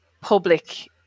public